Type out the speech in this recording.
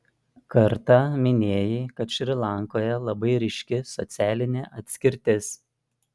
kartą minėjai kad šri lankoje labai ryški socialinė atskirtis